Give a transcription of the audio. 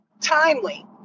timely